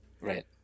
Right